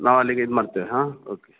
ನಾವಲ್ಲಿಗೆ ಇದು ಮಾಡ್ತೇವೆ ಹಾಂ ಓಕೆ